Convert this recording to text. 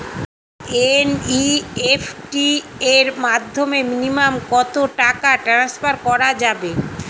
NEFT এর মাধ্যমে minimum কত টাকা টান্সফার করা যাবে?